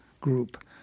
group